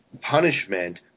punishment